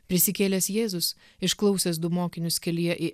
prisikėlęs jėzus išklausęs du mokinius kelyje į